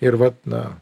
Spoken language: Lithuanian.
ir vat na